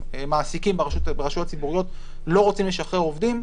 שמעסיקים ברשויות הציבוריות לא רוצים לשחרר עובדים,